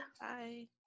Bye